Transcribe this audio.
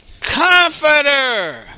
comforter